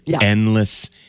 endless